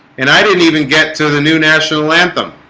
and i didn't even get to the new national anthem